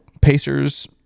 Pacers